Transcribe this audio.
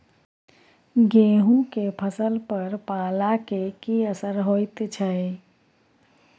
गेहूं के फसल पर पाला के की असर होयत छै?